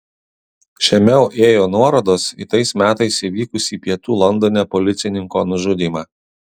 žemiau ėjo nuorodos į tais metais įvykusį pietų londone policininko nužudymą